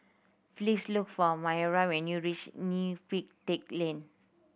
please look for Myah when you reach Neo Pee Teck Lane